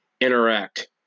interact